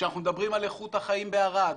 כשאנחנו מדברים על איכות החיים בערד,